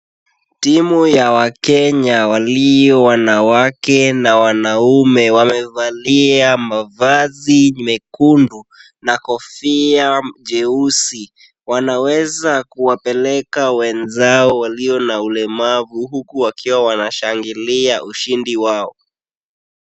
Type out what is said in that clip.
Timu ya wakenya walio wanawake na wanaume, wamevalia mavazi mekundu na kofia jeusi. Wanaweza kuwapeleka wenzao walio na ulemavu, huku wakiwa wanashangilia ushindi wao.